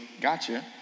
gotcha